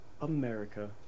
America